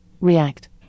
React